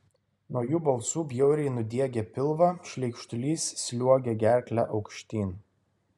nuo jų balsų bjauriai nudiegia pilvą šleikštulys sliuogia gerkle aukštyn